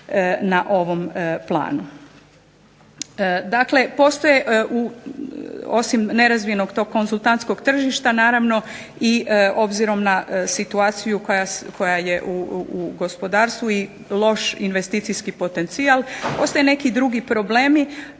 na ovom planu. Dakle, postoje osim nerazvijenog tog konzultantskog tržišta naravno obzirom na situaciju koja je u gospodarstvu i loš investicijski potencijal, postoje neki drugi problemi